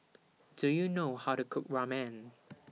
Do YOU know How to Cook Ramen